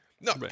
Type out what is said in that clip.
no